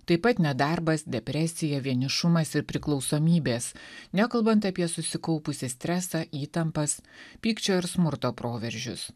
taip pat nedarbas depresija vienišumas ir priklausomybės nekalbant apie susikaupusį stresą įtampas pykčio ir smurto proveržius